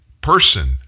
person